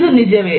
ಇದು ನಿಜವೇ